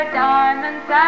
diamonds